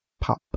Pop